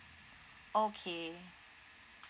okay